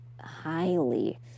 highly